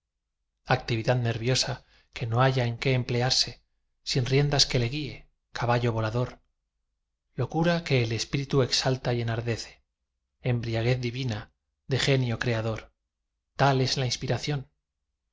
actividad nerviosa que no halla en qué emplearse sin rienda que lo guíe caballo volador locura que el espíritu exalta y enardece embriaguez divina del genio creador tal es la inspiración